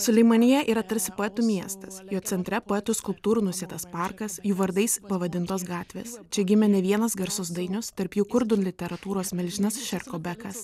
suleimanija yra tarsi poetų miestas jo centre poetų skulptūrų nusėtas parkas jų vardais pavadintos gatvės čia gimė ne vienas garsus dainius tarp jų kurdų literatūros milžinas šerko bekas